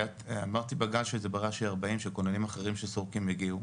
אמרתי בגל שזה ברש"י 40 שכוננים אחרים שסורקים הגיעו,